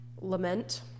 lament